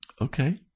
Okay